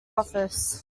office